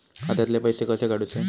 खात्यातले पैसे कसे काडूचे?